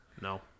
No